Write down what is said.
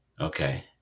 okay